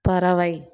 பறவை